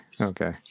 okay